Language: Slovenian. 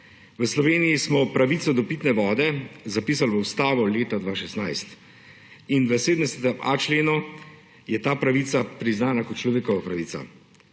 V Sloveniji smo pravico do pitne vode zapisali v ustavo leta 2016 in v 70.a členu je ta pravica priznana kot človekova pravica.